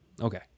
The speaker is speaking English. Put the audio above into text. okay